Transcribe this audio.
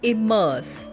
Immerse